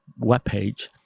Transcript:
webpage